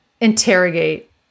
interrogate